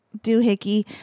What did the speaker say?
doohickey